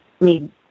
need